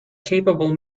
capable